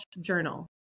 journal